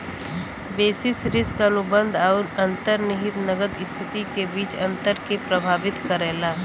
basis risk अनुबंध आउर अंतर्निहित नकद स्थिति के बीच अंतर के प्रभावित करला